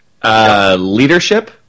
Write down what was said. Leadership